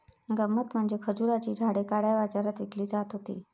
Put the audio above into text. गंमत म्हणजे खजुराची झाडे काळ्या बाजारात विकली जात होती